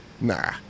Nah